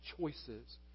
choices